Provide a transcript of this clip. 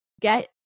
get